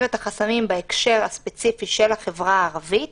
את החסמים בהקשר הספציפי של החברה הערבית.